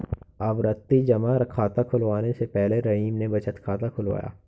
आवर्ती जमा खाता खुलवाने से पहले रहीम ने बचत खाता खुलवाया